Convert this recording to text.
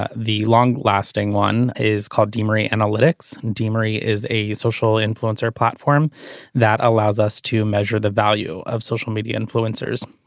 ah the long lasting one is called demetri analytics. demetri is a social influencer platform that allows us to measure the value of social media influencers.